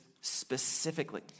specifically